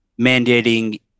mandating